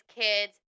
kids